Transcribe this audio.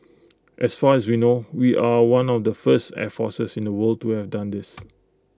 as far as we know we are one of the first air forces in the world to have done this